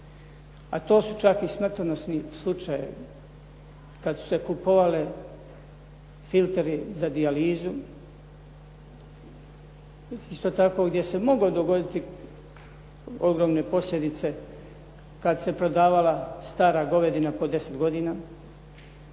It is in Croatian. a to su čak i smrtonosni slučajevi kad su se kupovali filteri za dijalizu. Isto tako, gdje su se mogle dogoditi ogromne posljedice kad se prodavala stara govedina po 10 godina